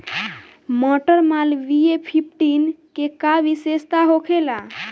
मटर मालवीय फिफ्टीन के का विशेषता होखेला?